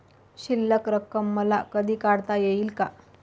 शिल्लक रक्कम मला कधी काढता येईल का?